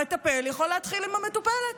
המטפל יכול להתחיל עם המטופלת.